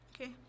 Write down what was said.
Okay